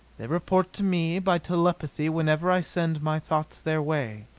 they report to me by telepathy whenever i send my thoughts their way.